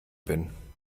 bin